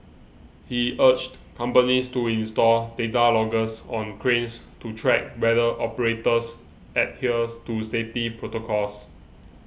he urged companies to install data loggers on cranes to track whether operators adhere to safety protocols